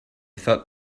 thought